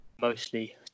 mostly